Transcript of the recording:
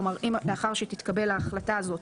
כלומר, אם לאחר שתתקבל ההחלטה הזאת